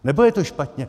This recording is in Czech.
Nebo je to špatně?